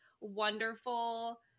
wonderful